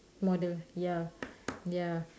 model ya ya